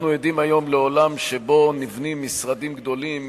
אנחנו עדים היום לעולם שבו נבנים משרדים גדולים,